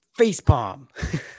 Facepalm